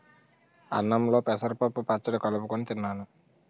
అన్నంలో పెసరపప్పు పచ్చడి కలుపుకొని తిన్నాను